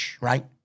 right